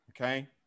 Okay